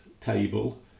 table